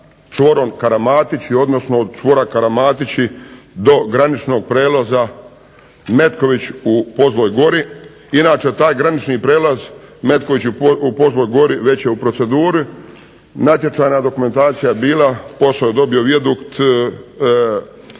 čvorom Karamatić, i odnosno od čvora Karamatići do graničnog prijelaza Metković u Pozloj Gori, inače taj granični prijelaz Metković u Pozloj Gori već je u proceduri, natječajna dokumentacija bila, posao je dobio Vijadukt,